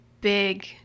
big